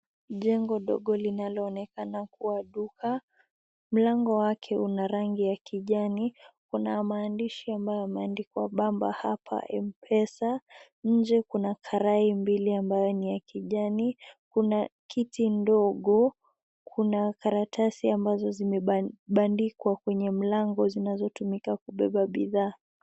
Jengo ndogo linaloonekana kuwa duka. Mlango wake una ragi ya kijani. Kuna maandishi ambayo yameandikwa bamba hapa M-pesa, nje kuna karai mbili ambayo ni ya kijani, kuna kiti ndogo, kuna karatasi ambazo zimebandikwa kwenye mlango zinazotumika kubeba bidhaa.